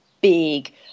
big